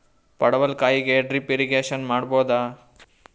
ಪಡವಲಕಾಯಿಗೆ drip irrigation ಮಾಡಬೋದ?